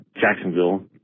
Jacksonville